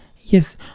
Yes